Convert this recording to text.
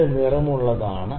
ഇത് നിറമുള്ളതാണ്